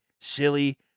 silly